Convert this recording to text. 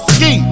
Ski